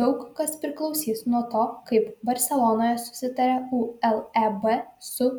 daug kas priklausys nuo to kaip barselonoje susitarė uleb su